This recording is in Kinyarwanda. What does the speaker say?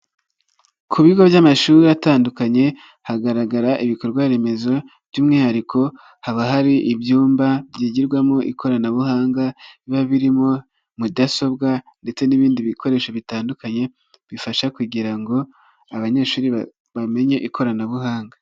Ku bigo by'amashuri atandukanye, hagaragara ibikorwa remezo, by'umwihariko haba hari ibyumba byigirwamo ikoranabuhanga, biba birimo mudasobwa ndetse n'ibindi bikoresho bitandukanye, bifasha kugira ngo abanyeshuri bamenye ikoranabuhanga.